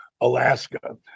Alaska